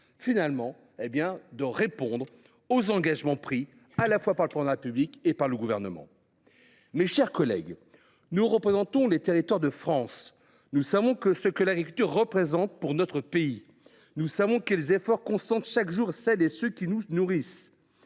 par le Président de la République et par le Gouvernement. Mes chers collègues, nous représentons les territoires de France. Nous savons ce que l’agriculture représente pour notre pays ; nous savons quels efforts consentent chaque jour celles et ceux qui nous nourrissent.